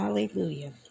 Hallelujah